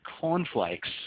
cornflakes